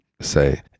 say